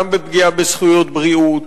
גם בפגיעה בזכויות בריאות,